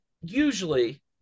usually